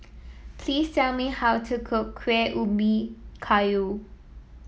please tell me how to cook Kueh Ubi Kayu